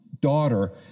daughter